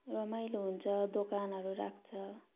रमाइलो हुन्छ दोकानहरू राख्छ